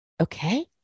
Okay